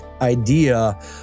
idea